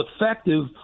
effective